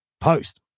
post